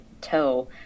toe